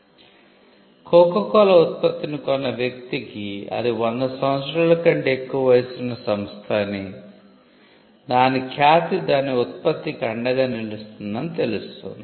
కాబట్టి కోకాకోలా ఉత్పత్తిని కొన్న వ్యక్తికి అది 100 సంవత్సరాల కంటే ఎక్కువ వయస్సు ఉన్న సంస్థ అని దాని ఖ్యాతి దాని ఉత్పత్తికి అండగా నిలుస్తుందని తెలుస్తుంది